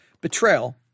betrayal